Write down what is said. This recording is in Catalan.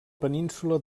península